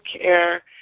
care